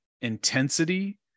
intensity